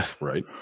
Right